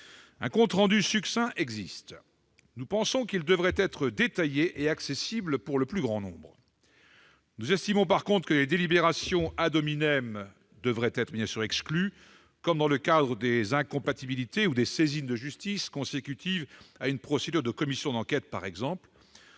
Un compte rendu succinct existe. Nous pensons qu'il devrait être détaillé et accessible au plus grand nombre. Nous estimons, en revanche, que les délibérations devraient être bien sûr exclues, comme dans le cadre des incompatibilités ou des saisines de justice consécutives à une procédure de commission d'enquête. Sur ces